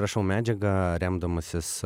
rašau medžiagą remdamasis